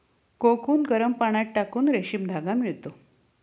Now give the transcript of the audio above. cocoon गरम पाण्यात टाकून रेशीम धागा मिळतो